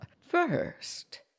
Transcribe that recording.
First